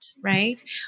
Right